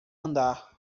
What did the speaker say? andar